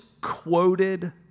quoted